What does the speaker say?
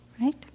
right